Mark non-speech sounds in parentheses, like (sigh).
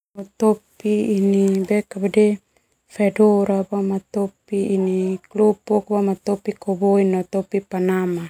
Topi ini (hesitation) vedora, boma topi ini lupuk, boma topi koboi no topi panama.